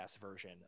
version